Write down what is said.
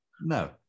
No